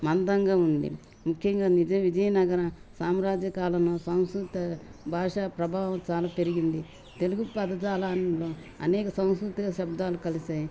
మందంగా ఉంది ముఖ్యంగా నిజ విజయనగర సామ్రాజ్య కాలాన సంస్కృత భాష ప్రభావం చాలా పెరిగింది తెలుగు పదజాలంలో అనేక సాంస్కృతిక శబ్దాలు కలిసాయి